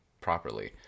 properly